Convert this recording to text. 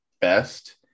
best